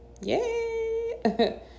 Yay